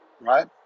right